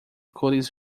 cores